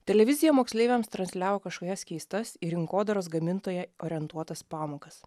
televizija moksleiviams transliavo kažkokias keistas į rinkodaros gamintoją orientuotas pamokas